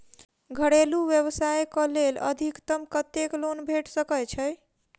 घरेलू व्यवसाय कऽ लेल अधिकतम कत्तेक लोन भेट सकय छई?